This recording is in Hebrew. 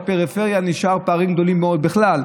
בפריפריה נשארו פערים גדולים מאוד בכלל,